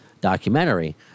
documentary